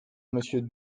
monsieur